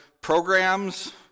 programs